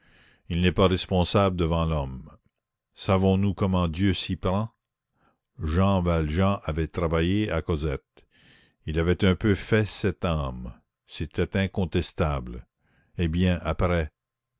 il n'est pas responsable devant l'homme savons-nous comment dieu s'y prend jean valjean avait travaillé à cosette il avait un peu fait cette âme c'était incontestable eh bien après